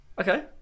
Okay